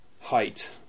height